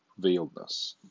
veiledness